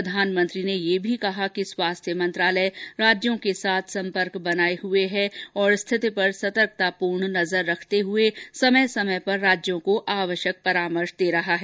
प्रधानमंत्री ने यह भी कहा कि स्वास्थ्य मंत्रालय राज्यों के साथ सम्पर्क बनाए हुए है और स्थिति पर सतर्कतापूर्ण नजर रखते हुए समय समय पर राज्यों को आवश्यक परामर्श दे रहा है